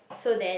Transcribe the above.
so then